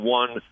one